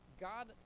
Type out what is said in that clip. God